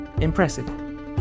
impressive